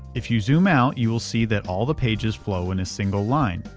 if you zoom out, you will see that all the pages flow in a single line.